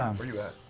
um where you at?